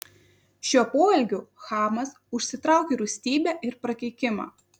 šiuo poelgiu chamas užsitraukė rūstybę ir prakeikimą